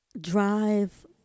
drive